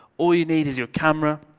all you need is your camera,